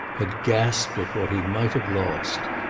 had gasped at what he might have lost.